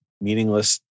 meaningless